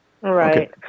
Right